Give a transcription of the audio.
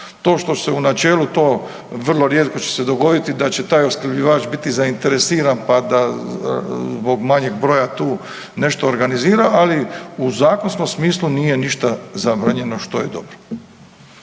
To što se u načelu to vrlo rijetko će se dogoditi da će taj opskrbljivač biti zainteresiran pa da zbog manjeg broja tu nešto organizira, ali u zakonskom smislu nije ništa zabranjeno što je dobro.